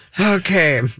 Okay